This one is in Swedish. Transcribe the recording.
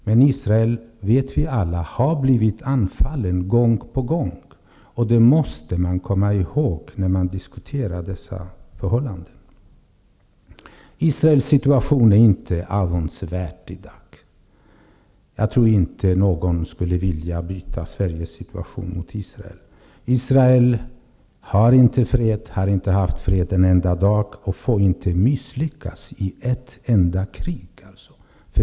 Men vi vet alla att Israel har blivit anfallet gång på gång. Det måste man komma ihåg när man diskuterar dessa förhållanden. Israels situation är inte avundsvärd i dag. Jag tror inte att någon skulle vilja byta Sveriges situation mot Israels. Israel har inte fred, har inte haft fred en enda dag och får inte misslyckas i ett enda krig.